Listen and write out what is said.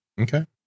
Okay